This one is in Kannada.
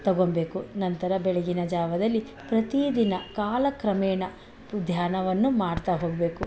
ತೊಗೊಳ್ಬೇಕು ನಂತರ ಬೆಳಗಿನ ಜಾವದಲ್ಲಿ ಪ್ರತಿದಿನ ಕಾಲಕ್ರಮೇಣ ಧ್ಯಾನವನ್ನು ಮಾಡ್ತಾ ಹೋಗಬೇಕು